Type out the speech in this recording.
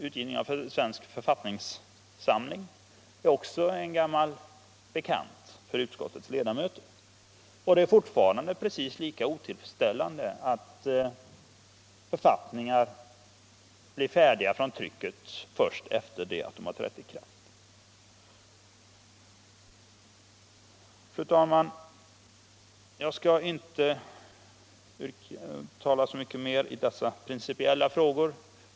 Utgivningen av Svensk författningssamling är också en gammal bekant för utskottsledamöterna, och det är fortfarande precis lika otillfredsställande att författningar blir färdiga från trycket först efter det att de har trätt i kraft. Fru talman! Jag skall inte uppehålla mig längre vid dessa principiella frågor.